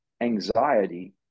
anxiety